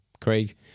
Craig